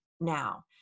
now